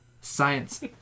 science